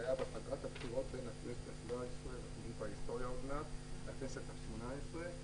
זה היה בפגרת הבחירות בין הכנסת ה-17 לכנסת ה-18.